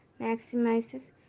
maximizes